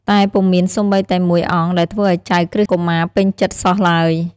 តែពុំមានសូម្បីតែមួយអង្គដែលធ្វើឱ្យចៅក្រឹស្នកុមារពេញចិត្តសោះឡើយ។